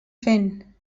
fent